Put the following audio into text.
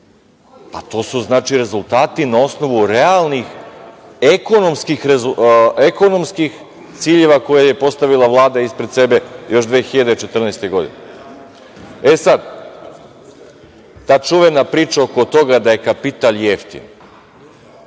To su znači rezultati na osnovu realnih ekonomskih ciljeva, koje je postavila Vlada ispred sebe još 2014. godine.E, sad, ta čuvena priča oko toga da je kapital jeftin,